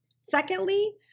Secondly